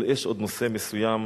אבל יש עוד נושא מסוים